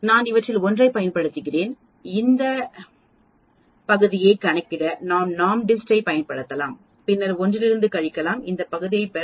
நான்இவற்றில் ஒன்றைப் பயன்படுத்தலாம் இந்த பகுதியைக் கணக்கிட நான் NORMSDIST ஐப் பயன்படுத்தலாம் பின்னர் 1 இலிருந்து கழிக்கலாம் இந்த பகுதியைப் பெற